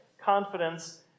confidence